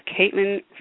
Caitlin